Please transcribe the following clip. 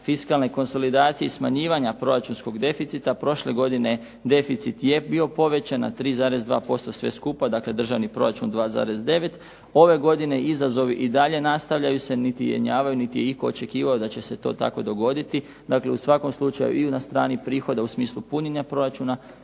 fiskalne konsolidacije i smanjivanja proračunskog deficita prošle godine deficit je bio povećan na 3,2% sve skupa, dakle državni proračun 2,9. Ove godine izazovi se i dalje nastavljaju, niti jenjavaju niti je itko očekivao da će se to tako dogoditi. Dakle, u svakom slučaju ili na strani prihoda u smislu punjenja proračuna,